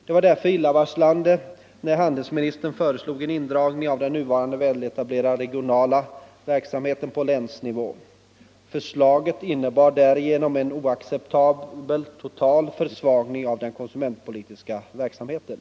Det var därför illavarslande när handelsministern föreslog en indragning av den nuvarande väletablerade regionala verksamheten på länsnivå. Förslaget innebar därigenom en oacceptabel total försvagning av den konsumentpolitiska verksamheten.